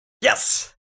Yes